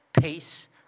Peace